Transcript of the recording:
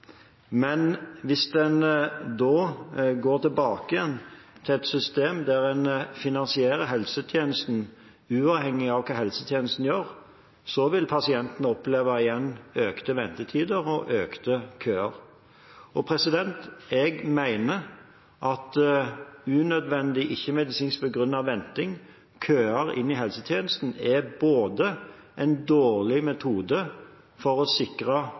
Men hvis man da går tilbake igjen til et system der man finansierer helsetjenesten uavhengig av hva helsetjenesten gjør, vil pasientene igjen oppleve økte ventetider og økte køer. Jeg mener at unødvendig ikke-medisinsk begrunnet venting, køer inn i helsetjenesten, både er en dårlig metode for å sikre